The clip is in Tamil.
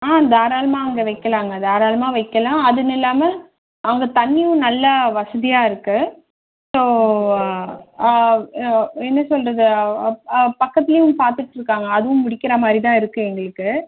ஆ தாராளமாக அவங்க வைக்கலாங்க தாராளமாக வைக்கலாம் அதுன்னு இல்லாமல் அங்கே தண்ணியும் நல்ல வசதியாக இருக்குது ஸோ என்ன சொல்வது பக்கத்திலியும் பார்த்துட்ருக்காங்க அதுவும் முடிக்கிற மாதிரி தான் இருக்குது எங்களுக்கு